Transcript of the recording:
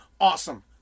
awesome